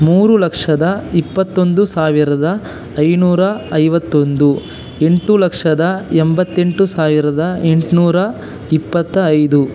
ಮೂರು ಲಕ್ಷದ ಇಪ್ಪತ್ತೊಂದು ಸಾವಿರದ ಐದುನೂರ ಐವತ್ತೊಂದು ಎಂಟು ಲಕ್ಷದ ಎಂಬತ್ತೆಂಟು ಸಾವಿರದ ಎಂಟುನೂರ ಇಪ್ಪತ್ತ ಐದು